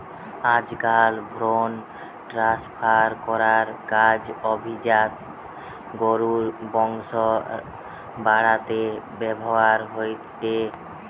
আজকাল ভ্রুন ট্রান্সফার করার কাজ অভিজাত গরুর বংশ বাড়াতে ব্যাভার হয়ঠে